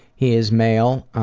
he's male,